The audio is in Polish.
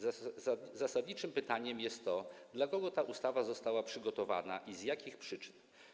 Zasadniczym pytaniem jest to, dla kogo ta ustawa została przygotowana i z jakich przyczyn.